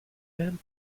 and